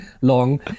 long